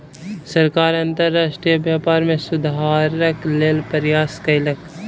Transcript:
सरकार अंतर्राष्ट्रीय व्यापार में सुधारक लेल प्रयास कयलक